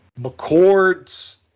McCord's